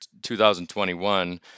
2021